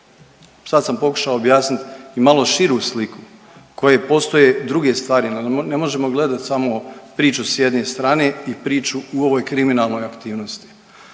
Sad sam pokušao objasniti i malo širu sliku koje postoje i druge stvari. Ne možemo gledati samo priču sa jedne strane i priču o ovoj kriminalnoj aktivnosti.